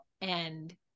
and-